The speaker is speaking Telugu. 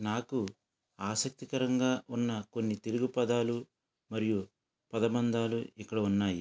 నాకు ఆసక్తికరంగా ఉన్న కొన్ని తెలుగు పదాలు మరియు పదబంధాలు ఇక్కడ ఉన్నాయి